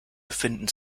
befinden